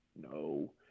No